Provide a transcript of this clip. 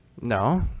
No